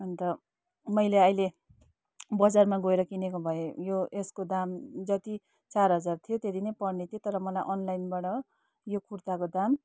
अन्त मैले अहिले बजारमा गएर किनेको भए यो यसको दाम जति चार हजार थियो त्यति नै पर्ने थियो तर मलाई अनलाइनबाट यो कुर्ताको दाम